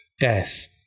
death